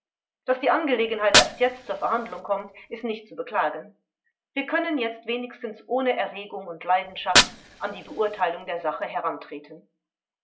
daß die angelegenheit erst jetzt zur verhandlung kommt ist nicht zu beklagen wir können jetzt wenigstens ohne erregung und leidenschaft an die beurteilung der sache herantreten